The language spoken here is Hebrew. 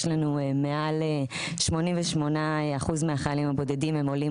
מעל 88% מהחיילים הבודדים הם עולים